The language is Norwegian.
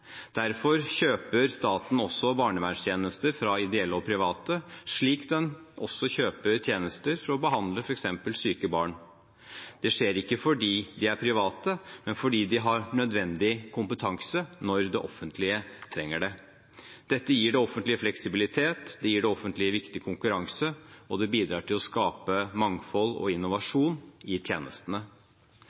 Derfor kjøper staten barnevernstjenester fra ideelle og private, slik den også kjøper tjenester for å behandle f.eks. syke barn. Det skjer ikke fordi de er private, men fordi de har nødvendig kompetanse når det offentlige trenger det. Dette gir det offentlige fleksibilitet, det gir det offentlige viktig konkurranse, og det bidrar til å skape mangfold og innovasjon i tjenestene.